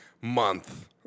Month